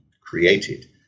created